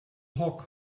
hog